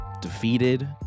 defeated